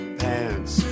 pants